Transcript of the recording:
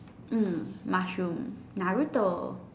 mm mushroom Naruto